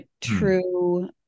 true